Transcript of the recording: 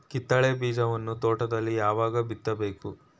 ಕಿತ್ತಳೆ ಬೀಜವನ್ನು ತೋಟದಲ್ಲಿ ಯಾವಾಗ ಬಿತ್ತಬೇಕು?